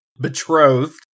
betrothed